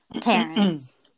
parents